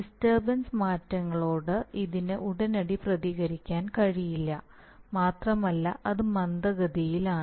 disturbance മാറ്റങ്ങളോട് ഇതിന് ഉടനടി പ്രതികരിക്കാൻ കഴിയില്ല മാത്രമല്ല അത് മന്ദഗതിയിലാണ്